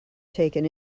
taken